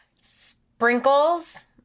Sprinkles